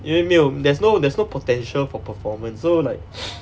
因为没有 there's no there's no potential for performance so like